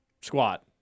squat